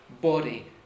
body